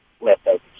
leftovers